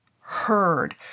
heard